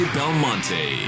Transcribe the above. Belmonte